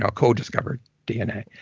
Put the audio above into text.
ah co-discovered dna.